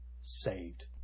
saved